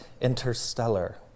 Interstellar